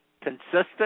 consistent